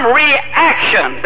reaction